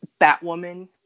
Batwoman